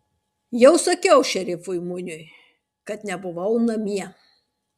jau sakiau šerifui muniui kad nebuvau namie